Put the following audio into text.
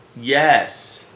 Yes